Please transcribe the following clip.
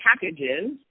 packages